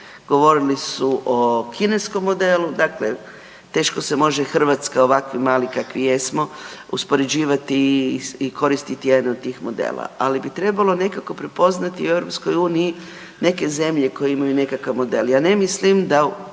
govorili su o kineskom modelu, dakle teško se može Hrvatska, ovakvi mali kakvi jesmo uspoređivati i koristiti jedan od tih modela. Ali bi trebalo nekako prepoznati u EU neke zemlje koje imaju nekakav model. Ja ne mislim da